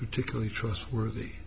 particularly trustworthy